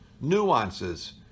nuances